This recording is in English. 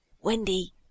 Wendy